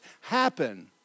happen